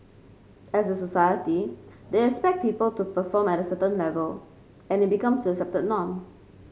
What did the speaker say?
as a society they expect people to perform at a certain level and it becomes the accepted norm